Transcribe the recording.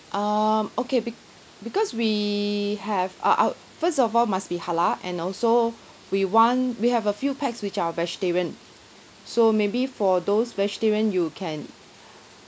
um okay bec~ because we have uh our first of all must be halal and also we want we have a few pax which are vegetarian so maybe for those vegetarian you can